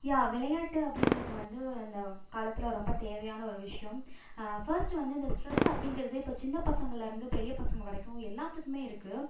யா விளையாட்டு அப்படிங்கிறது வந்து இந்த காலத்தில் ரொம்ப தேவையான ஒரு விஷயம் ஃபர்ஸ்ட் வந்து அந்த ஸ்ட்ரெஸ் அப்படிங்கிறது இப்போ சின்ன பசங்கள்லேருந்து பெரிய பசங்க வரைக்கும் எல்லோத்துக்குமே இருக்குது